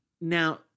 Now